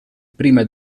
prima